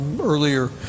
earlier